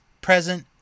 present